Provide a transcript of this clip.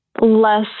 less